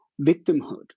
victimhood